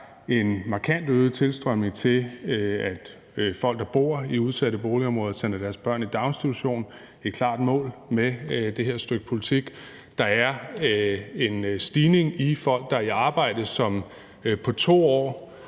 en markant øget tilstrømning til, at folk, der bor i udsatte boligområder, sender deres børn i daginstitution. Det er et klart mål med det her stykke politik. Der er en stigning i antal folk, der er i arbejde. Man er på 2 år